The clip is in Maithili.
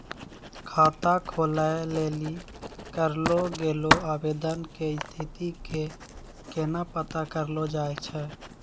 खाता खोलै लेली करलो गेलो आवेदन के स्थिति के केना पता करलो जाय छै?